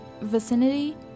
vicinity